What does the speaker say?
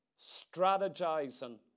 strategizing